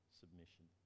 submission